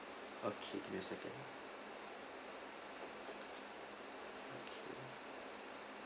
okay give me a second